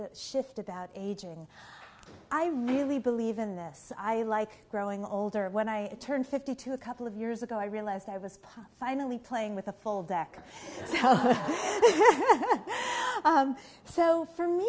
a shift about aging i really believe in this i like growing older when i turned fifty two a couple of years ago i realized i was finally playing with a full deck so for me